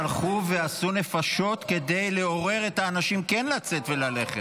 שהלכו ועשו נפשות כדי לעורר את האנשים כן לצאת וללכת,